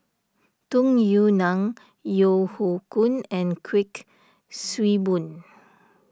Tung Yue Nang Yeo Hoe Koon and Kuik Swee Boon